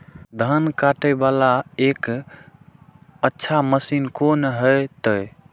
धान कटे वाला एक अच्छा मशीन कोन है ते?